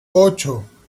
ocho